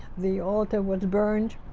the altar was burned.